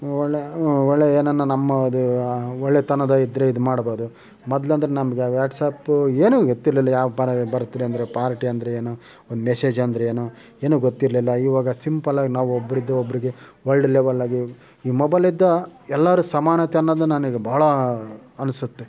ಒಳ್ಳೆ ಒಳ್ಳೆ ಏನಾರು ನಮ್ಮದು ಒಳ್ಳೆತನದಾಗಿದ್ರೆ ಇದು ಮಾಡ್ಬೋದು ಮೊದಲೆಂದ್ರೆ ನಮಗೆ ವ್ಯಾಟ್ಸಾಪು ಏನೂ ಗೊತ್ತಿರಲಿಲ್ಲ ಯಾವ ಥರ ಬರ್ಥ ಡೇ ಅಂದ್ರೇನು ಪಾರ್ಟಿ ಅಂದ್ರೇನು ಒಂದು ಮೆಸೇಜ್ ಅಂದ್ರೇನು ಏನೂ ಗೊತ್ತಿರಲಿಲ್ಲ ಇವಾಗ ಸಿಂಪಲ್ಲಾಗಿ ನಾವು ಒಬ್ರಿಂದ ಒಬ್ರಿಗೆ ವರ್ಲ್ಡ್ ಲೆವೆಲ್ದಾಗೆ ಈ ಮೊಬೈಲಿಂದ ಎಲ್ಲರೂ ಸಮಾನತೆ ಅನ್ನೋದು ನನಗೆ ಭಾಳ ಅನಿಸುತ್ತೆ